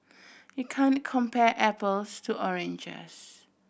you can't compare apples to oranges